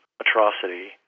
atrocity